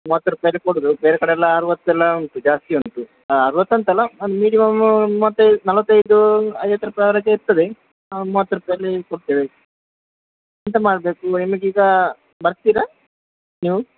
ಮೂವತ್ತು ರೂಪಾಯಿಗೆ ಕೊಡುದು ಬೇರೆ ಕಡೆಯೆಲ್ಲ ಅರ್ವತ್ತೆಲ್ಲ ಉಂಟು ಜಾಸ್ತಿ ಉಂಟು ಅರ್ವತ್ತಂತಲ್ಲ ಒಂದು ಮಿನಿಮಮ್ಮು ಮೂವತ್ತೈದು ನಲವತ್ತೈದು ಐವತ್ತು ರೂಪಾಯಿವರೆಗೆ ಇರ್ತದೆ ಮೂವತ್ತು ರೂಪಾಯಲ್ಲಿ ಕೊಡ್ತೀವಿ ಎಂತ ಮಾಡಬೇಕು ನಿಮಗೀಗ ಬರ್ತೀರಾ ನೀವು